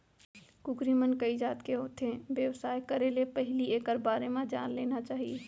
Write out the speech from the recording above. कुकरी मन कइ जात के होथे, बेवसाय करे ले पहिली एकर बारे म जान लेना चाही